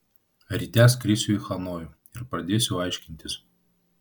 ryte skrisiu į hanojų ir pradėsiu aiškintis